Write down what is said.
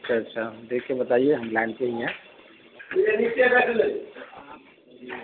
اچھا اچھا دیکھ کے بتائیے ہم لائن پہ ہی ہیں